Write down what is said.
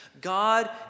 God